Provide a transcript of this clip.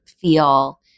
feel